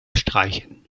streichen